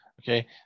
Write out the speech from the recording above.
okay